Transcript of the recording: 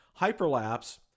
Hyperlapse